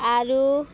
ଆରୁ